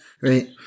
Right